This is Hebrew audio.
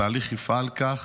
התהליך יפעל כך: